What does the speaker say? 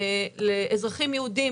לאזרחים יהודים,